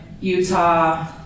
Utah